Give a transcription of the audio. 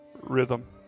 rhythm